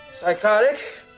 Psychotic